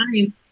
time